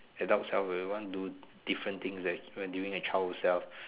adult self will want to different things than when being a child self